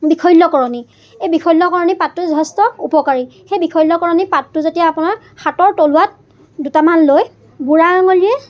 বিশল্যকৰণী এই বিশল্যকৰণী পাতটো যথেষ্ট উপকাৰী সেই বিশল্যকৰণী পাতটো যেতিয়া আপোনাৰ হাতৰ তলুৱাত দুটামান লৈ বুঢ়া আঙলীৰ